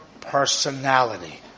personality